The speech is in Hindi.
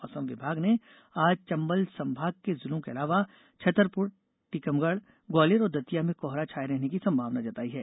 मौसम विभाग ने आज चंबल संभाग के जिलों के अलावा छतरपुर टीकमगढ ग्वालियर और दतिया में कोहरा छाये रहने की संभावना जताई है